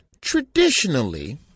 traditionally